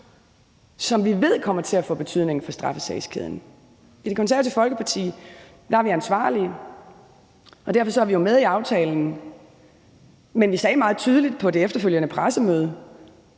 som vi ved kommer til at få betydning for straffesagskæden. I Det Konservative Folkeparti er vi ansvarlige, og derfor er vi jo med i aftalen, men vi sagde meget tydeligt på det efterfølgende pressemøde,